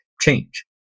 change